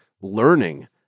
learning